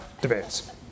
debates